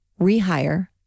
rehire